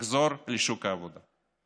לחזור לשוק העבודה.